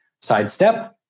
sidestep